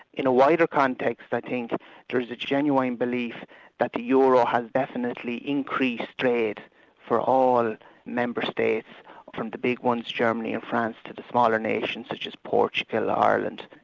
in a wider context i think there's its genuine belief that the euro has definitely increased trade for all member states from the big ones, germany and france, to the smaller nations such is portugal, ireland.